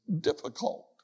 difficult